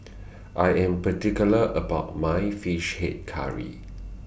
I Am particular about My Fish Head Curry